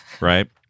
Right